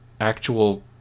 actual